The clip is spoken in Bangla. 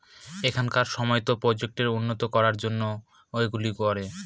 এখনকার সময়তো প্রোডাক্ট উন্নত করার জন্য এইগুলো করে